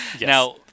Now